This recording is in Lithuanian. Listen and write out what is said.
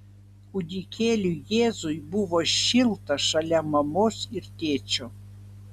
kūdikėliui jėzui buvo šilta šalia mamos ir tėčio